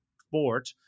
sport